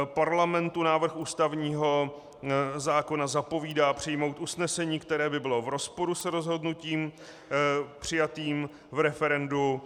Parlamentu návrh ústavního zákona zapovídá přijmout usnesení, které by bylo v rozporu s rozhodnutím přijatým v referendu.